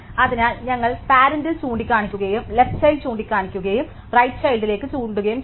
അതിനാൽ ഞങ്ങൾ പറെന്റിൽ ചൂണ്ടിക്കാണിക്കുകയും ലെഫ്റ് ചൈൽഡ് ചൂണ്ടിക്കാണിക്കുകയും റൈറ്റ് ചൈൽഡിലേക് ചൂണ്ടുകയും ചെയ്യുന്നു